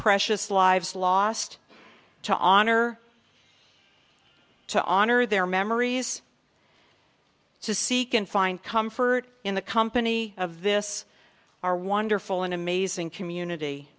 lives lost to honor to honor their memories to seek and find comfort in the company of this our wonderful and amazing community